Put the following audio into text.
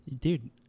Dude